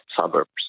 suburbs